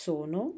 Sono